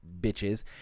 bitches